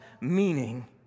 meaning